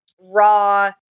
raw